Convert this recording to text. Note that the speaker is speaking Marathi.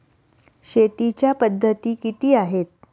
शेतीच्या पद्धती किती आहेत?